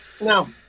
No